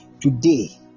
Today